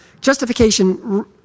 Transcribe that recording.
justification